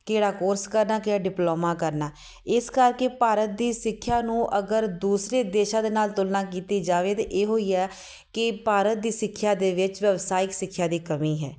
ਕਿਹੜਾ ਕੋਰਸ ਕਰਨਾ ਕਿਹੜਾ ਡਿਪਲੋਮਾ ਕਰਨਾ ਇਸ ਕਰਕੇ ਭਾਰਤ ਦੀ ਸਿੱਖਿਆ ਨੂੰ ਅਗਰ ਦੂਸਰੇ ਦੇਸ਼ਾਂ ਦੇ ਨਾਲ ਤੁਲਨਾ ਕੀਤੀ ਜਾਵੇ ਤਾਂ ਇਹੋ ਹੀ ਹੈ ਕਿ ਭਾਰਤ ਦੀ ਸਿੱਖਿਆ ਦੇ ਵਿੱਚ ਵਿਵਸਾਇਕ ਸਿੱਖਿਆ ਦੀ ਕਮੀ ਹੈ